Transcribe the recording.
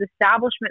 establishment